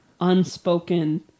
unspoken